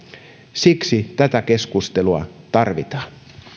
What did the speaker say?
siksi tätä keskustelua tarvitaan